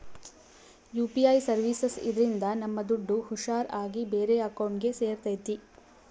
UPI services ಇದ್ರಿಂದ ನಮ್ ದುಡ್ಡು ಹುಷಾರ್ ಆಗಿ ಬೇರೆ ಅಕೌಂಟ್ಗೆ ಸೇರ್ತೈತಿ